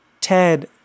Ted